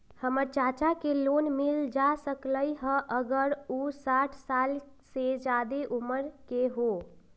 हमर चाचा के लोन मिल जा सकलई ह अगर उ साठ साल से जादे उमर के हों?